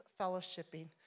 fellowshipping